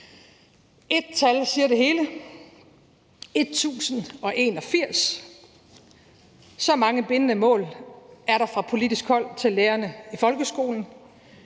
Et tal siger det hele: 1.081. Så mange bindende mål er der fra politisk hold til lærerne i folkeskolen.